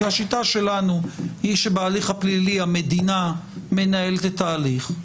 כי השיטה שלנו היא שבהליך הפלילי המדינה מנהלת את ההליך,